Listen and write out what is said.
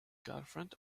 girlfriend